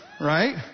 right